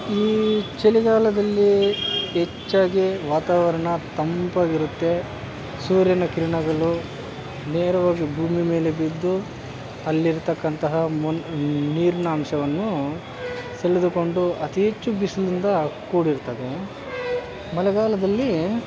ಈ ಚಳಿಗಾಲದಲ್ಲಿ ಹೆಚ್ಚಾಗಿ ವಾತಾವರಣ ತಂಪಾಗಿರುತ್ತೆ ಸೂರ್ಯನ ಕಿರಣಗಳು ನೇರವಾಗಿ ಭೂಮಿ ಮೇಲೆ ಬಿದ್ದು ಅಲ್ಲಿರ್ತಕ್ಕಂತಹ ಮೊನ್ ನೀರಿನಾಂಶವನ್ನು ಸೆಳೆದುಕೊಂಡು ಅತಿ ಹೆಚ್ಚು ಬಿಸಿಲಿನಿಂದ ಕೂಡಿರ್ತದೆ ಮಳೆಗಾಲದಲ್ಲಿ